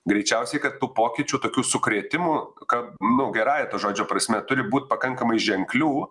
greičiausiai kad tų pokyčių tokių sukrėtimų kad nu gerąja to žodžio prasme turi būti pakankamai ženklių